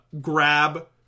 grab